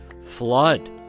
flood